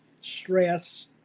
stress